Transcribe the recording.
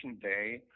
day